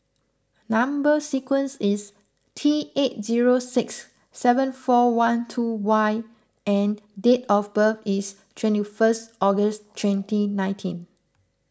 Number Sequence is T eight zero six seven four one two Y and date of birth is twenty first August twenty nineteen